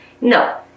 no